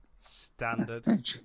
Standard